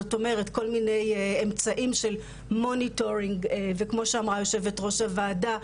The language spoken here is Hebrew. זאת אומרת כל מיני אמצעים של MONITORING כמו שאמרה יושבת ראש הוועדה,